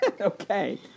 Okay